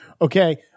okay